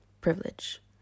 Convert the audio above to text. Privilege